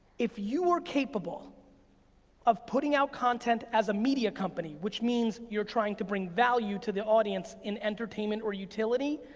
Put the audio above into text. if you are capable of putting out content as a media company, which means you're trying to bring value to the audience in entertainment or utility,